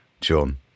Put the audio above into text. John